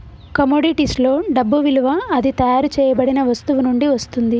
కమోడిటీస్లో డబ్బు విలువ అది తయారు చేయబడిన వస్తువు నుండి వస్తుంది